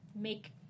make